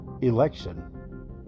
election